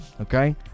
okay